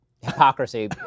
hypocrisy